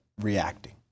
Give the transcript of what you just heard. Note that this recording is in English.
reacting